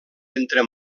entre